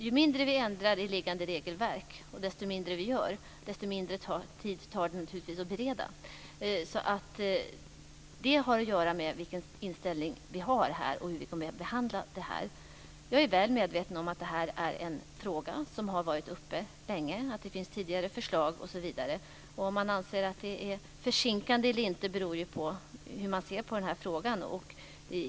Ju mindre vi ändrar i liggande regelverk, ju mindre vi gör, desto mindre tid tar det naturligtvis att bereda. Det har att göra med vilken inställning vi har och hur vi kommer att behandla det här. Jag är väl medveten om att detta är en fråga som har varit uppe länge, att det finns tidigare förslag osv. Om man anser att det är försinkande eller inte beror ju på hur man ser på frågan.